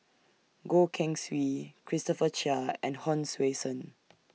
Goh Keng Swee Christopher Chia and Hon Sui Sen